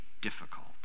difficult